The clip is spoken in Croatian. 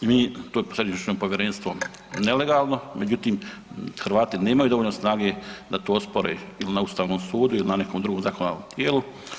Nije to Središnje povjerenstvo nelegalno, međutim Hrvati nemaju dovoljno snage da to ospore ili na Ustavnom sudu ili na nekom drugom zakonodavnom tijelu.